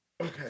Okay